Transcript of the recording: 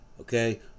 Okay